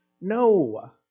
No